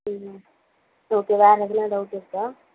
ம் ஓகே வேறு ஏதனா டவுட் இருக்கா